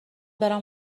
برم